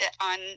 on